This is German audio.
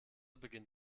beginnt